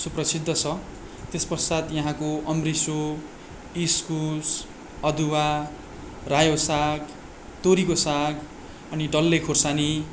सुप्रसिद्ध छ त्यस पश्चात् यहाँको अम्रिसो इस्कुस अदुवा रायो साग तोरीको साग अनि डल्ले खुर्सानी